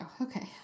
okay